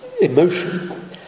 emotion